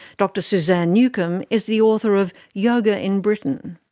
dr suzanne newcombe is the author of yoga in britain.